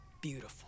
beautiful